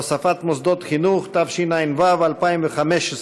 הוספת מוסדות חינוך), התשע"ו 2015,